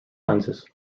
lenses